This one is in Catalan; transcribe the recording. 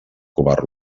covar